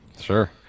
Sure